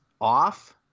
off